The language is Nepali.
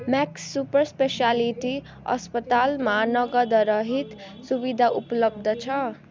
म्याक्स सुपर स्पेसियालिटी अस्पतालमा नगदरहित सुविधा उपलब्ध छ